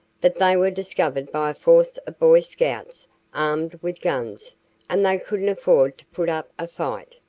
that they were discovered by a force of boy scouts armed with guns and they couldn't afford to put up a fight,